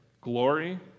Glory